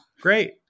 Great